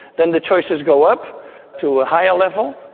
then the choices go up to a higher level.